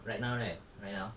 right now right right now